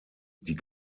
die